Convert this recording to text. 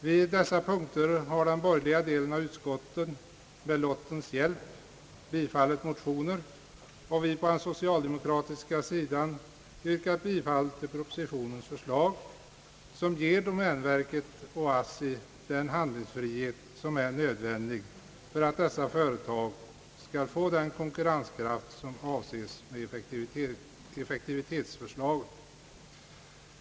Vid dessa punkter har den borgerliga delen av utskottet med lottens hjälp bifallit motioner, och vi på den socialdemokratiska sidan har yrkat bifall till propositionens förslag, som ger domänverket och ASSI den handlingsfrihet som är nödvändig för att dessa företag skall få den konkurrenskraft som avses med effektivitetsförslaget.